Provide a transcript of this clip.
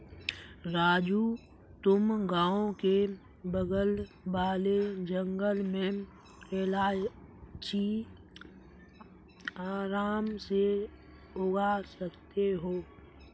राजू तुम गांव के बगल वाले जंगल में इलायची आराम से उगा सकते हो